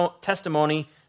testimony